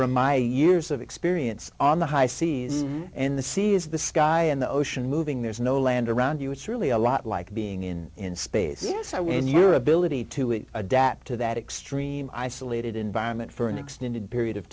from my years of experience on the high seas and the sea is the sky and the ocean moving there's no land around you it's really a lot like being in in space yes i was and your ability to adapt to that extreme isolated environment for an extended period of